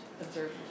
observe